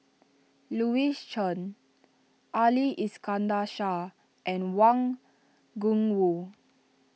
Louis Chen Ali Iskandar Shah and Wang Gungwu